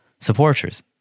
supporters